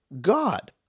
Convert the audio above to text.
God